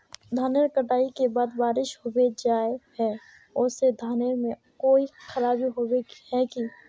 धानेर कटाई के बाद बारिश होबे जाए है ओ से धानेर में कोई खराबी होबे है की?